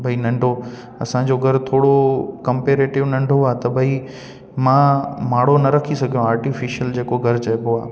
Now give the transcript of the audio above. भई नंढो असांजो घर थोरो कंपेरेटिव नंढो आहे त भई मां माणो न रखी सघियो आहे आर्टिफ़िशल घर जेको चइबो आहे